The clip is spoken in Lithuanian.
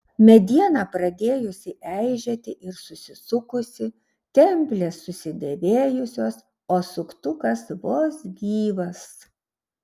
mediena pradėjusi eižėti ir susisukusi templės susidėvėjusios o suktukas vos gyvas